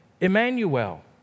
Emmanuel